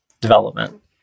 development